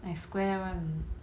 like square one